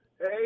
Hey